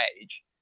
age